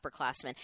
upperclassmen